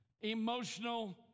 emotional